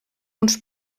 uns